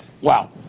Wow